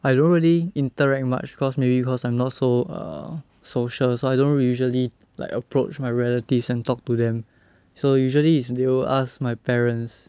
I don't really interact much cause maybe because I'm not so err social so I don't really usually like approach my relatives and talk to them so usually is they'll ask my parents